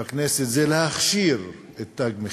בכנסת זה להכשיר את "תג מחיר".